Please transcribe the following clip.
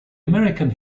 american